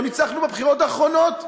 לא ניצחנו בבחירות האחרונות,